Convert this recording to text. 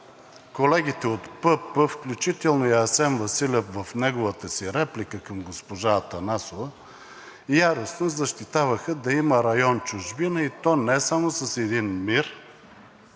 колегите от ПП, включително и Асен Василев в неговата си реплика към госпожа Атанасова, яростно защитаваха да има район „Чужбина“, и то не само с един МИР,